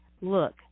look